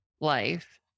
life